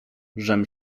żem